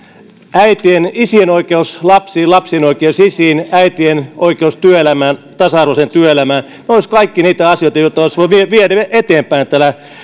äitien isien oikeus lapsiin lapsien oikeus isiin äitien oikeus tasa arvoiseen työelämään olisivat kaikki niitä asioita joita olisi voitu viedä viedä eteenpäin tällä